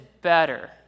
better